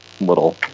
little